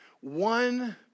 one